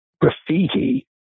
graffiti